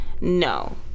No